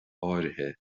áirithe